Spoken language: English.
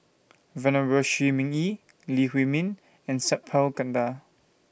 Venerable Shi Ming Yi Lee Huei Min and Sat Pal Khattar